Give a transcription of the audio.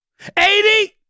80